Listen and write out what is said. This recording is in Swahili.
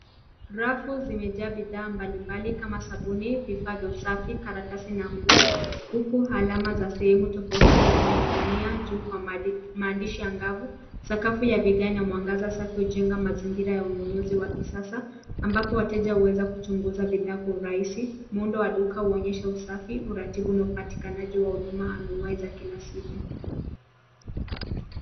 Rafu zimejaa bidhaa mbalimbali kama sabuni, vifaa vya usafi, karatasi na nguo huku alama za sehemu tofauti zikining'inia juu kwa maandishi angavu. Sakafu ya vigae na mwangaza hujenga mazingira ya ununuzi wa kisasa. ambapo wateja huweza kuchunguza bidhaa kwa urahisi. Muundo wa duka unaonyesha usafi, uratibu na upatikanaji wa huduma anuwai za kila siku.